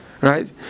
right